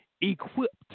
equipped